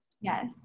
Yes